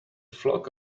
flock